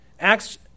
Acts